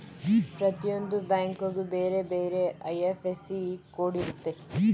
ಪ್ರತಿಯೊಂದು ಬ್ಯಾಂಕಿಗೂ ಬೇರೆ ಬೇರೆ ಐ.ಎಫ್.ಎಸ್.ಸಿ ಕೋಡ್ ಇರುತ್ತೆ